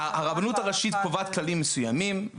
--- הרבנות הראשית קובעת כללים מסוימים,